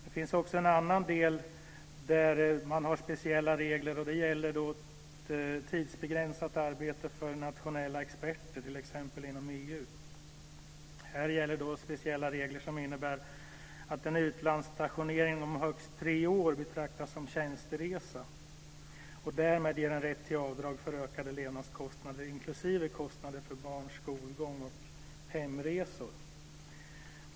Det finns också en annan del där man har speciella regler, nämligen tidsbegränsat arbete för nationella experter t.ex. inom EU. Här gäller speciella regler som innebär att en utlandsstationering om högst tre år betraktas som tjänsteresa och därmed ger en rätt till avdrag för ökade levnadskostnader, inklusive kostnader för barns skolgång och hemresor.